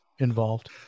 involved